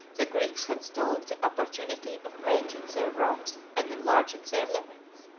the greeks had stolen the opportunity of avenging their wrongs and enlarging their limits.